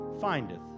findeth